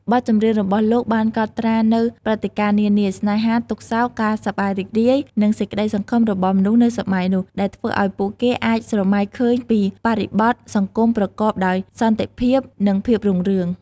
បទចម្រៀងរបស់លោកបានកត់ត្រានូវព្រឹត្តិការណ៍នានា ស្នេហា ទុក្ខសោក ការសប្បាយរីករាយ និងសេចក្ដីសង្ឃឹមរបស់មនុស្សនៅសម័យនោះ ដែលធ្វើឲ្យពួកគេអាចស្រមៃឃើញពីបរិបទសង្គមប្រកបដោយសន្តិភាព និងភាពរុងរឿង។